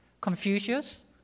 Confucius